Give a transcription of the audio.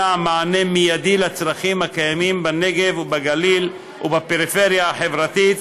מענה מיידי על צרכים הקיימים בנגב ובגליל ובפריפריה החברתית,